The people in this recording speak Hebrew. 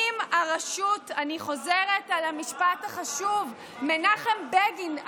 "אם הרשות" אני חוזרת על המשפט החשוב של מנחם בגין.